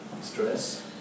stress